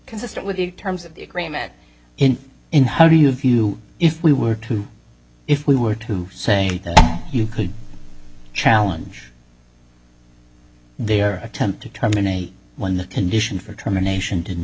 consistent with the terms of the agreement in in how do you view if we were to if we were to say you could challenge their attempt to terminate when the condition for termination didn't